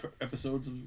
episodes